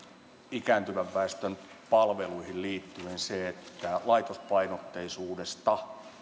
ikääntyvän väestön palveluihin liittyen se että laitospainotteisuudesta